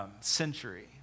century